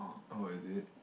oh is it